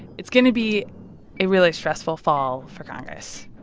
it's going to be a really stressful fall for congress.